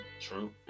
True